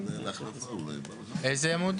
10:15)